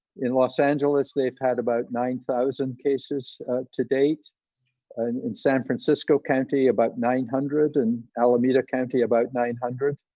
in los angeles they've had about nine thousand cases to date, and in san francisco county about nine hundred and alameda county about nine hundred,